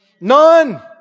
None